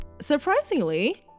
surprisingly